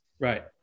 Right